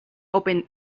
open